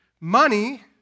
money